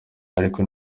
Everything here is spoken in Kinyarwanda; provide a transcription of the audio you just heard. ariko